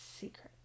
secret